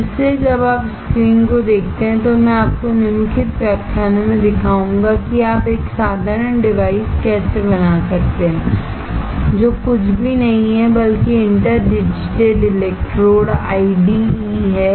तो इसीलिए जब आप स्क्रीन को देखते हैं तो मैं आपको निम्नलिखित व्याख्यानों में दिखाऊंगा कि आप एक साधारण डिवाइस कैसे बना सकते हैं जो कुछ भी नहीं है बल्कि इंटर डिजिटेड इलेक्ट्रोड आईडीई है